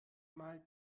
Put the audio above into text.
mal